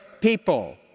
people